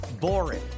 boring